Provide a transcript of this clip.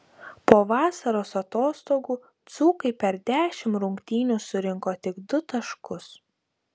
po vasaros atostogų dzūkai per dešimt rungtynių surinko tik du taškus